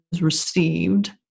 received